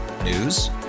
News